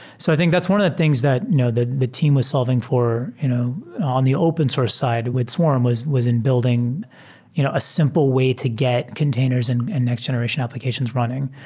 so i think that's one of the things that the the team was solving for you know on the open source side with swarm was was in building you know a simple way to get containers and and next generation applications running.